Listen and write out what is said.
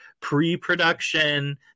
pre-production